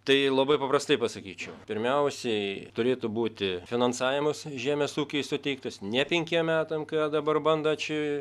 tai labai paprastai pasakyčiau pirmiausiai turėtų būti finansavimas žemės ūkiui suteiktas ne penkiem metam ką dabar bando čia